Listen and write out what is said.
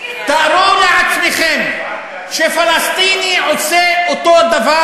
תארו לעצמכם שפלסטיני עושה אותו דבר.